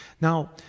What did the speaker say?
Now